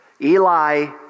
Eli